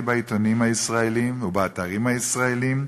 בעיתונים הישראליים ובאתרים הישראליים,